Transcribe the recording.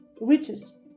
richest